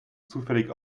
zufällig